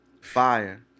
Fire